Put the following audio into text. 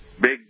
big